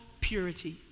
purity